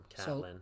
Catelyn